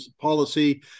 policy